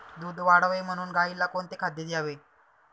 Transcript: दूध वाढावे म्हणून गाईला कोणते खाद्य द्यावे?